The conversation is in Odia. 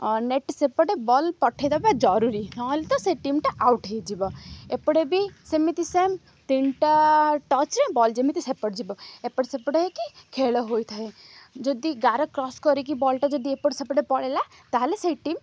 ନେଟ୍ ସେପଟେ ବଲ୍ ପଠାଇଦବା ଜରୁରୀ ନ'ହେଲେ ତ ସେ ଟିମ୍ଟା ଆଉଟ୍ ହୋଇଯିବ ଏପଟେ ବି ସେମିତି ସେମ୍ ତିନିଟା ଟଚ୍ରେ ବଲ୍ ଯେମିତି ସେପଟ ଯିବ ଏପଟେ ସେପଟେ ହେଇକି ଖେଳ ହୋଇଥାଏ ଯଦି ଗାର କ୍ରସ୍ କରିକି ବଲ୍ଟା ଯଦି ଏପଟେ ସେପଟେ ପଳେଇଲା ତା'ହେଲେ ସେଇ ଟିମ୍